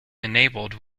enabled